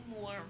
more